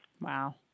Wow